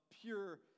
pure